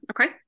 okay